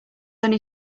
only